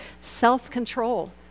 self-control